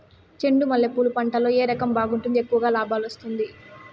చెండు మల్లె పూలు పంట లో ఏ రకం బాగుంటుంది, ఎక్కువగా లాభాలు వస్తుంది?